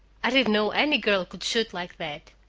i didn't know any girl could shoot like that.